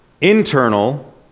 internal